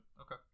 Okay